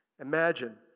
Imagine